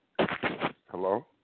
Hello